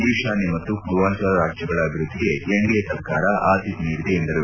ಈಶಾನ್ಯ ಮತ್ತು ಪೂರ್ವಾಂಚಲ ರಾಜ್ಯಗಳ ಅಭಿವೃದ್ಧಿಗೆ ಎನ್ಡಿಎ ಸರ್ಕಾರ ಆಧ್ಯತೆ ನೀಡಿದೆ ಎಂದರು